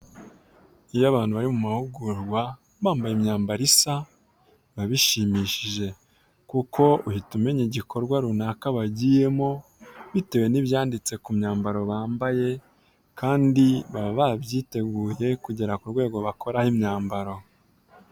Iyo abantu bari mu mahugurwa bambaye imyambaro isa biba bishimishije kuko uhita umenya igikorwa bagiyemo bitewe ni byanditse ku myambaro bambaye kandi baba babyiteguye kugera kurwego bakoraho imyambararo.